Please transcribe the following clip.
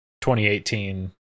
2018